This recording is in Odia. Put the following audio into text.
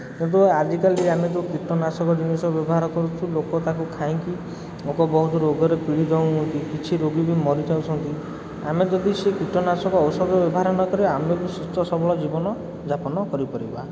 କିନ୍ତୁ ଆଜିକାଲି ଯେଉଁ ଆମେ ଯେଉଁ କୀଟନାଶକ ଜିନିଷ ବ୍ୟବହାର କରୁଛୁ ଲୋକ ତାକୁ ଖାଇଁକି ଲୋକ ବହୁତ ରୋଗରେ ପୀଡ଼ିତ ହେଉଛନ୍ତି କିଛି ରୋଗୀ ବି ମରିଯାଉଛନ୍ତି ଆମେ ଯଦି ସେ କୀଟନାଶକ ଔଷଧ ବ୍ୟବହାର ନ କରିବା ଆମେ ବି ସୁସ୍ଥସବଳ ଜୀବନଯାପନ କରିପାରିବା